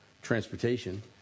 Transportation